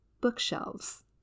bookshelves